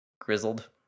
grizzled